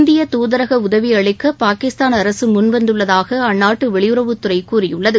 இந்திய துதரக உதவி அளிக்க பாகிஸ்தான் அரசு முன் வந்துள்ளதாக அந்நாட்டு வெளியுறவுத்துறை கூறியுள்ளது